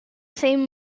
same